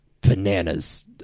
bananas